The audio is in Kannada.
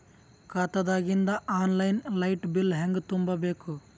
ಖಾತಾದಾಗಿಂದ ಆನ್ ಲೈನ್ ಲೈಟ್ ಬಿಲ್ ಹೇಂಗ ತುಂಬಾ ಬೇಕು?